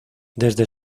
desde